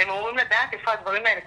הם אמורים לדעת איפה הדברים האלה קורים.